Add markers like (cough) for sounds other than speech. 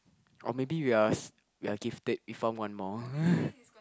or maybe we are s~ we are gifted we found one more (laughs)